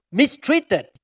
mistreated